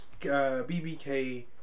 BBK